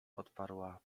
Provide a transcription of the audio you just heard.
odparła